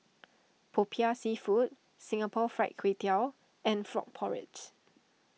Popiah Seafood Singapore Fried Kway Tiao and Frog Porridge